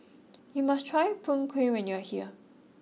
you must try Png Kueh when you are here